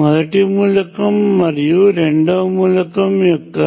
మొదటి మూలకం మరియు రెండవ మూలకం యొక్క